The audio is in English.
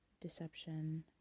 deception